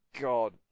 God